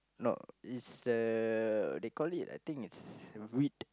no it's uh they call it I think it's wheat